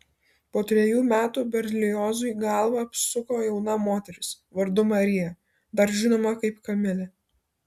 po trejų metų berliozui galvą apsuko jauna moteris vardu marija dar žinoma kaip kamilė